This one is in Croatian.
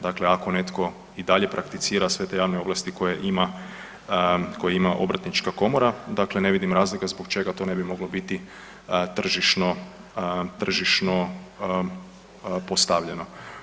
Dakle, ako netko i dalje prakticira sve te javne ovlasti koje ima, koje ima obrtnička komora dakle ne vidim razlike zbog čega to ne bi moglo biti tržišno, tržišno postavljeno.